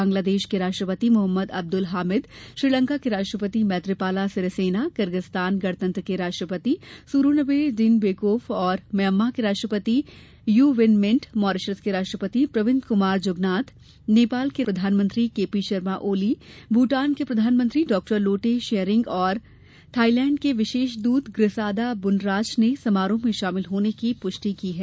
बंगलादेश के राष्ट्रपति मोहम्मद अब्दुल हामिद श्रीलंका के राष्ट्रपति मैत्रीपाला सिरिसेना किर्गिजस्तान गणतंत्र के राष्ट्रपति सुरोनबे जीनबेकोफ और म्यामां के राष्ट्रपति यू विन मिंट मॉरिशस के राष्ट्रपति प्रविंद कुमार जुगनाथ नेपाल के प्रधानमंत्री केपी शर्मा ओली भूटान के प्रधानमंत्री डॉ लोटे त्शेरिंग और थाईलैंड के विशेष दूत ग्रिसादा बूनराच ने समारोह में शामिल होने की पुष्टि की है